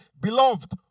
Beloved